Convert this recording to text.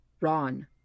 Ron